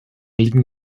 liegen